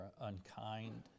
unkind